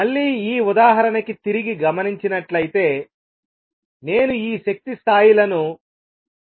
మళ్ళీ ఈ ఉదాహరణకి తిరిగి గమనించినట్లైతే నేను ఈ శక్తి స్థాయిలను చేస్తాను